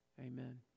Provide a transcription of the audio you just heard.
Amen